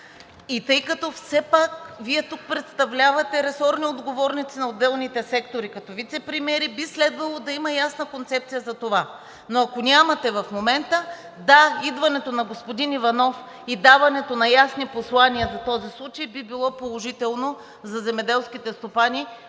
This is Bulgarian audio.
И тъй като все пак Вие тук представлявате ресорни отговорници на отделните сектори като вицепремиери, би следвало да имате ясна концепция за това. Но ако нямате в момента, да, идването на господин Иванов и даването на ясни послания за този случай би било положително за земеделските стопани,